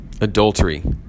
Adultery